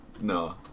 no